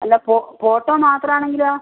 അല്ല ഫോട്ടോ മാത്രമാണെങ്കിലോ